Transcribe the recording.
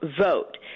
vote